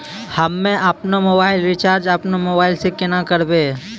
हम्मे आपनौ mobile recharge आपनौ मोबाइल से केना करवै?